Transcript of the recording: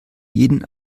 jeden